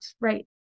Right